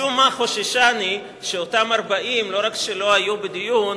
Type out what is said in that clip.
משום מה חוששני שאותם 40, לא רק שלא היו בדיון,